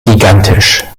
gigantisch